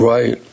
Right